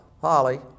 Holly